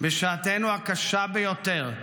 בשעתנו הקשה ביותר,